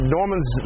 Normans